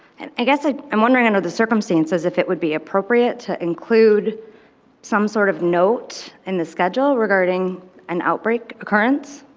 and i guess ah i'm wondering under the circumstances if it would be appropriate to include some sort of note in and the schedule regarding an outbreak occurrence?